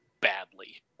badly